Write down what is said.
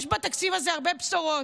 יש בתקציב הזה הרבה בשורות.